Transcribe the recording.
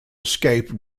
escape